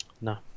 No